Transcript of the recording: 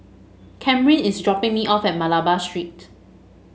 Kamryn is dropping me off at Malabar Street